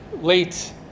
late